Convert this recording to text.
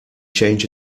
change